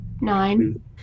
Nine